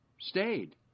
stayed